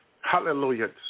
Hallelujah